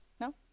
No